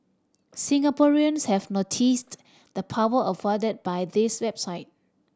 Singaporeans have noticed the power afforded by this website